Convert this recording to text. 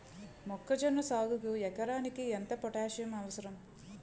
మొక్కజొన్న సాగుకు ఎకరానికి ఎంత పోటాస్సియం అవసరం?